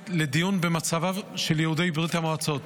לדיון במצבם של יהודי ברית המועצות.